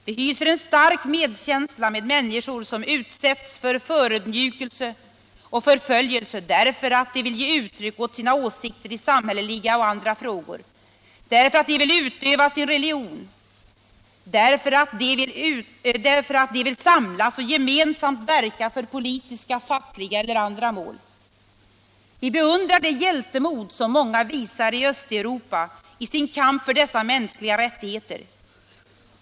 Vi hyser en stark medkänsla med människor som utsätts för förödmjukelse och förföljelse därför att de vill ge uttryck åt sina åsikter i samhälleliga och andra frågor, därför att de vill utöva sin religion, därför att de vill samlas och gemensamt verka för politiska, fackliga eller andra mål. Vi beundrar det hjältemod som många visar i Östeuropa i sin kamp för dessa mänskliga rättigheter.